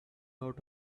out